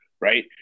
right